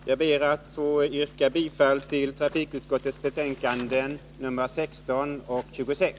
Herr talman! Jag ber att få yrka bifall till vad trafikutskottet hemställt i sina betänkanden nr 16 och 26.